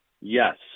Yes